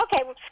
Okay